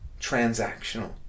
transactional